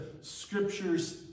scriptures